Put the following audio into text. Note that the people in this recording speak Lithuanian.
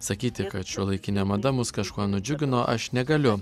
sakyti kad šiuolaikinė mada mus kažkuo nudžiugino aš negaliu